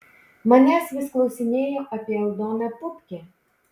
manęs vis klausinėjo apie aldoną pupkį